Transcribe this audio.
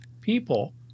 people